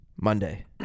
Monday